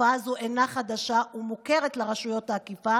שהתופעה הזו אינה חדשה, מוכרת לרשויות האכיפה